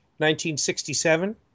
1967